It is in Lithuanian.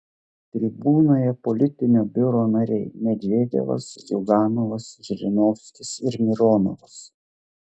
tribūnoje politinio biuro nariai medvedevas ziuganovas žirinovskis ir mironovas